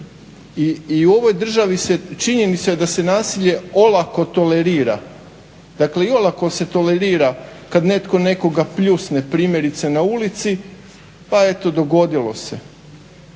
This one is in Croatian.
I u ovoj državi činjenica je da se nasilje olako tolerira, dakle olako se tolerira kada netko nekoga pljusne primjerice na ulici, pa eto dogodilo se.